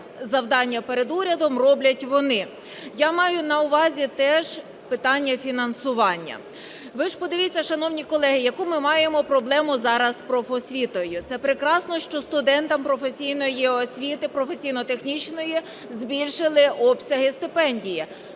завдання перед урядом роблять вони. Я маю на увазі теж питання фінансування. Ви ж подивіться, шановні колеги, яку ми маємо проблему зараз з профосвітою. Це прекрасно, що студентам професійної освіти, професійно-технічної, збільшили обсяги стипендії,